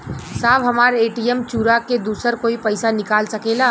साहब हमार ए.टी.एम चूरा के दूसर कोई पैसा निकाल सकेला?